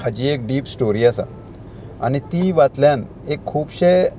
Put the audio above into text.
हाची एक deep story आसा आनी ती वाचल्यान एक खुबशे